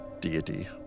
deity